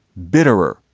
bitterer.